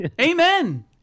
Amen